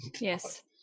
yes